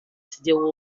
there